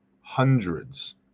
hundreds